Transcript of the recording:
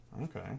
Okay